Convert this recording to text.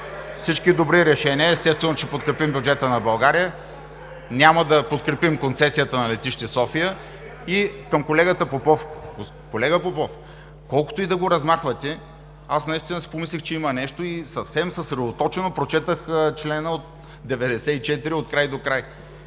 всички добри решения. Естествено, че ще подкрепим бюджета на България. Няма да подкрепим концесията на Летище София и колегата Попов. Колега Попов, колкото и да го размахвате, аз наистина си помислих, че има нещо и съвсем съсредоточено прочетох чл. 94 от край до край,